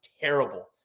terrible